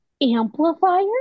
amplifier